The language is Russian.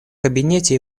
кабинете